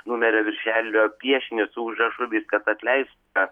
numerio viršelio piešinius su užrašu viskas atleista